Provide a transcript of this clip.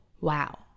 wow